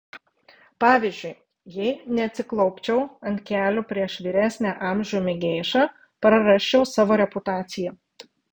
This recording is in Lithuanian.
pavyzdžiui jei neatsiklaupčiau ant kelių prieš vyresnę amžiumi geišą prarasčiau savo reputaciją